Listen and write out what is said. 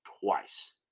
twice